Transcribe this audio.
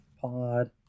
Pod